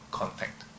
contact